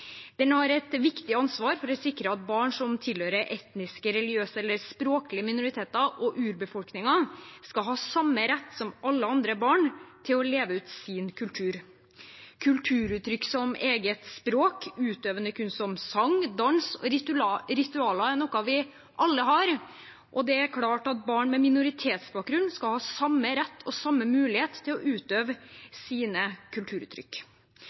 Den har et viktig ansvar for å sikre at barn som tilhører etniske, religiøse eller språklige minoriteter og urbefolkninger skal ha samme rett som alle andre barn til å leve ut sin kultur. Kulturuttrykk som eget språk, og utøvende kunst, som sang, dans og ritualer, er noe vi alle har, og det er klart at barn med minoritetsbakgrunn skal ha samme rett og samme mulighet til å utøve sine kulturuttrykk.